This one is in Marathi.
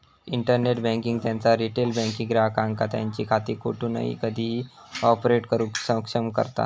इंटरनेट बँकिंग त्यांचो रिटेल बँकिंग ग्राहकांका त्यांची खाती कोठूनही कधीही ऑपरेट करुक सक्षम करता